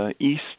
East